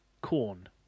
corn